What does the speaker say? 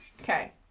Okay